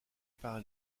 par